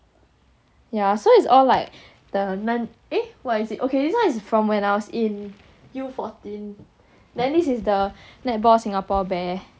yeah so it's all like the non eh what is it oh this one is from when I was in U fourteen then this is the netball Singapore bear